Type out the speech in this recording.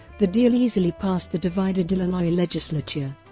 the deal easily passed the divided illinois legislature.